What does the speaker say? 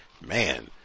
man